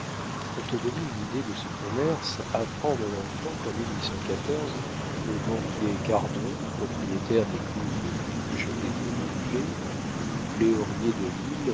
pour te donner une idée de ce commerce apprends mon enfant qu'en le banquier cardon propriétaire des cuves de buges et de langlée où léorier de l'isle